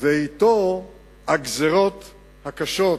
ואתו הגזירות הקשות.